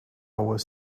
was